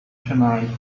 tonight